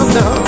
no